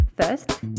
first